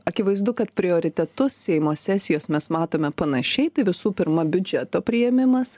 akivaizdu kad prioritetus seimo sesijos mes matome panašiai tai visų pirma biudžeto priėmimas